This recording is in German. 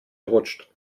rutscht